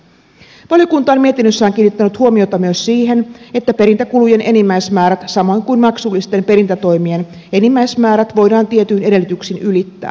valiokunta on mietinnössään kiinnittänyt huomiota myös siihen että perintäkulujen enimmäismäärät samoin kuin maksullisten perintätoimien enimmäismäärät voidaan tietyin edellytyksin ylittää